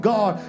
God